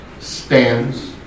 stands